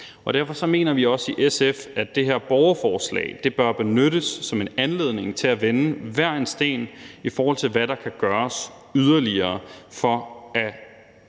Derfor mener vi også i SF, at det her borgerforslag bør benyttes som en anledning til at vende hver en sten for at se, hvad der kan gøres yderligere for at